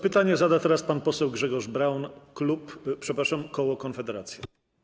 Pytanie zada teraz pan poseł Grzegorz Braun, klub, przepraszam - koło Konfederacja.